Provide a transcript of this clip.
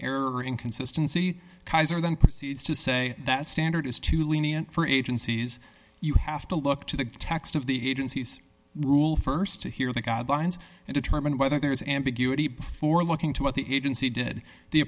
error in consistency keyser then proceeds to say that standard is too lenient for agencies you have to look to the text of the agency's rule st to hear the guidelines and determine whether there is ambiguity before looking to what the agency did the